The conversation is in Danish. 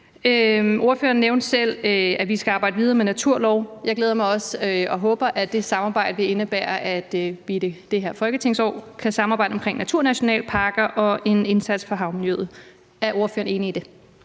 Ordføreren nævnte selv, at vi skal arbejde videre med en naturlov. Jeg glæder mig også og håber, at det samarbejde vil indebære, at vi i det her folketingsår kan samarbejde om naturnationalparker og en indsats for havmiljøet. Er ordføreren enig i det?